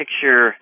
picture